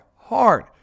hard